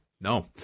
no